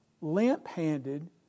limp-handed